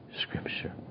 Scripture